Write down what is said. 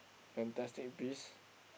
Fantastic Beasts